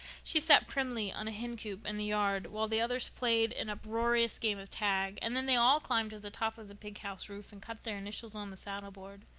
she sat primly on a hencoop in the yard while the others played an uproarious game of tag and then they all climbed to the top of the pig-house roof and cut their initials on the saddleboard.